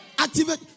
Activate